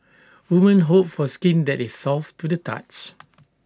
women hope for skin that is soft to the touch